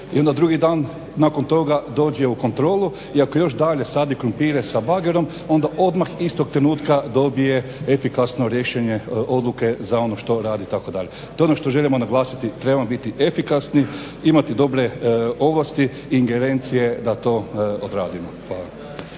drugi dan nakon toga dođe u kontrolu i ako još dalje sadi krumpire sa bagerom onda odmah istog trenutka dobije efikasno rješenje odluke za ono što radi itd. To je ono što želimo naglasiti, trebamo biti efikasni, imati dobre ovlasti i ingerencije da to odradimo.